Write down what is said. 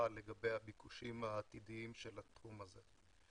לגבי הביקושים העתידיים של התחום הזה.